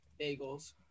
bagels